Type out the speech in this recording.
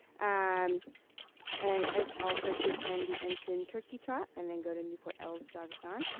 um and also to attend the ensign turkey trot and then go to newport el's jog-a-thon.